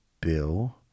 Bill